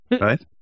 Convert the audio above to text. right